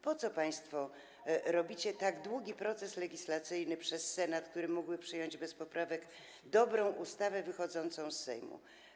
Po co państwo inicjujecie tak długi proces legislacyjny, poprzez Senat, który mógłby przyjąć bez poprawek dobrą ustawę wychodzącą z Sejmu?